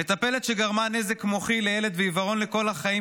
מטפלת שגרמה נזק מוחי לילד ועיוורון לכל החיים